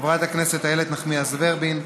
חברת הכנסת איילת נחמיאס ורבין,